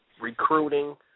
recruiting